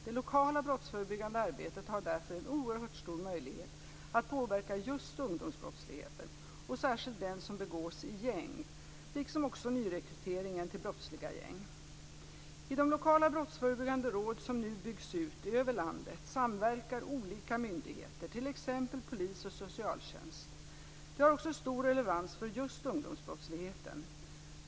Det lokala brottsförebyggande arbetet har därför en oerhört stor möjlighet att påverka just ungdomsbrottsligheten och särskilt den som begås i gäng liksom också nyrekryteringen till brottsliga gäng. I de lokala brottsförebyggande råd som nu byggs ut över landet samverkar olika myndigheter, t.ex. polis och socialtjänst. Detta har också stor relevans för just ungdomsbrottsligheten.